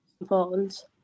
important